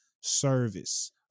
service